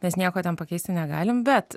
nes nieko ten pakeisti negalim bet